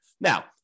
Now